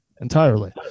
entirely